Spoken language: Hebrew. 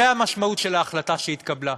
זו המשמעות של ההחלטה שהתקבלה.